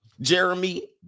Jeremy